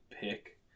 pick